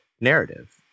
narrative